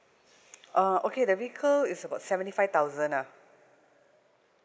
orh okay the vehicle is about seventy five thousand lah